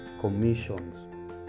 commissions